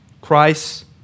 Christ